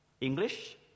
English